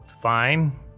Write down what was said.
Fine